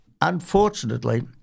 Unfortunately